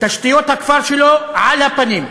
תשתיות הכפר שלו על הפנים,